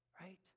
Right